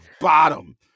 bottom